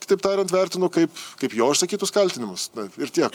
kitaip tariant vertinu kaip kaip jo išsakytus kaltinimus ir tiek